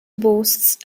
boasts